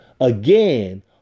again